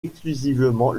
exclusivement